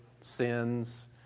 sins